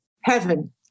heaven